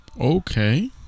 okay